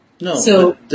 No